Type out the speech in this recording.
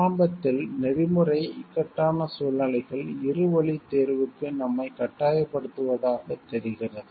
ஆரம்பத்தில் நெறிமுறை எதிக்ஸ் இக்கட்டான சூழ்நிலைகள் இருவழித் தேர்வுக்கு நம்மை கட்டாயப்படுத்துவதாகத் தெரிகிறது